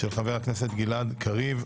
של חבר הכנסת גלעד קריב.